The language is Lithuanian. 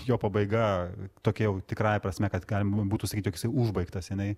jo pabaiga tokia jau tikrąja prasme kad galima būtų sakyt jog jisai užbaigtas seniai